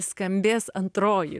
skambės antroji